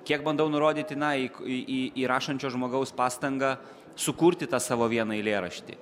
kiek bandau nurodyti na ik į į rašančio žmogaus pastangą sukurti tą savo vieną eilėraštį